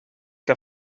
que